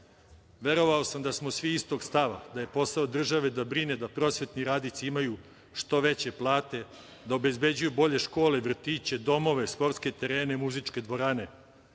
škola. Verovao sam da smo svi istog stava, da je posao države da brine da prosvetni radnici imaju što veće plate, da obezbeđuju bolje škole, vrtiće, domove, sportske terene, muzičke dvorane,